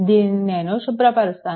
దీనిని నేను శుభ్రపరుస్తాను